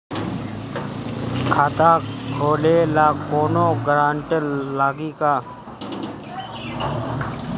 खाता खोले ला कौनो ग्रांटर लागी का?